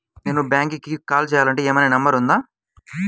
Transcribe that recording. నేను బ్యాంక్కి కాల్ చేయాలంటే ఏమయినా నంబర్ ఉందా?